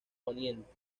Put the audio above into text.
poniente